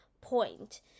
point